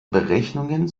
berechnungen